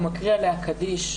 הוא מקריא עליה קדיש.